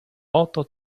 oto